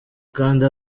kandi